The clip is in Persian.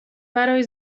برای